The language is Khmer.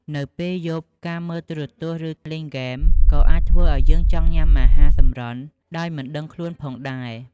នៅពេលយប់ការមើលទូរទស្សន៍ ឬលេងហ្គេមក៏អាចធ្វើឱ្យយើងចង់ញ៉ាំអាហារសម្រន់ដោយមិនដឹងខ្លួនផងដែរ។